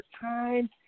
time